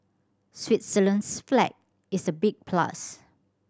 Switzerland's flag is a big plus